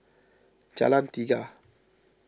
Jalan Tiga